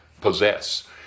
possess